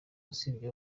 usibye